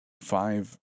Five